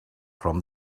from